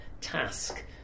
task